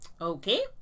Okay